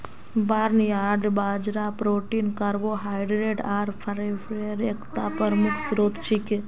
barnyard बाजरा protein carbohydrate आर fibre एकता प्रमुख स्रोत छिके